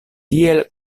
tiel